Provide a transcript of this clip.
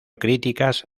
críticas